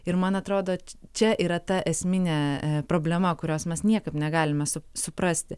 ir man atrodo čia yra ta esminė problema kurios mes niekaip negalime sup suprasti